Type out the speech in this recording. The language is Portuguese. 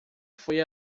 foi